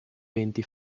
venti